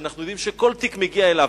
שאנחנו יודעים שכל תיק מגיע אליו,